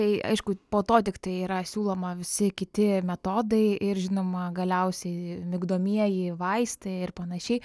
tai aišku po to tiktai yra siūloma visi kiti metodai ir žinoma galiausiai migdomieji vaistai ir panašiai